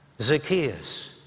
Zacchaeus